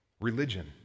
religion